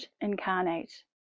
incarnate